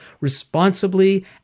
responsibly